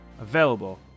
available